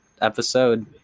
episode